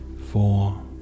four